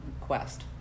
quest